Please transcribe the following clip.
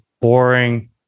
boring